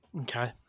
okay